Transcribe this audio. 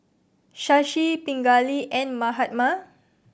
Shashi Pingali and Mahatma